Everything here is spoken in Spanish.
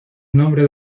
nombre